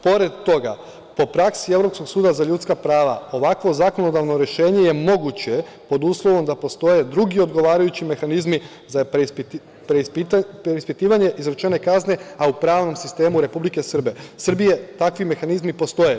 Pored toga, po praksi Evropskog suda za ljudska prava, ovakvo zakonodavno rešenje je moguće, pod uslovom da postoje drugi odgovarajući mehanizmi za preispitivanje izrečene kazne, a u pravnom sistemu Republike Srbije takvi mehanizmi postoje.